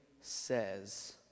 says